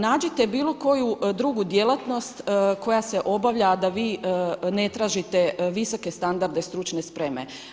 Nađite bilo koju drugu djelatnost koja se obavlja, a da vi ne tražite visoke standarde stručne spreme.